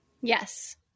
Yes